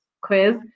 quiz